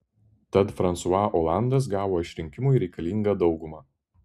tad fransua olandas gavo išrinkimui reikalingą daugumą